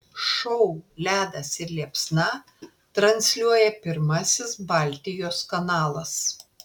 šou ledas ir liepsna transliuoja pirmasis baltijos kanalas